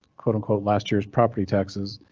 quote unquote last year's property taxes.